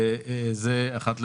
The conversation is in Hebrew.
זה לא